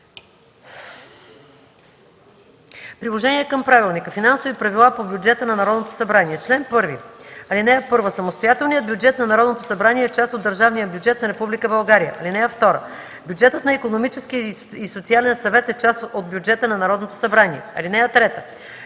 „Приложение към правилника